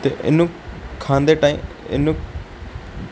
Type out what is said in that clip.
ਅਤੇ ਇਹਨੂੰ ਖਾਂਦੇ ਟਾਈਂ ਇਹਨੂੰ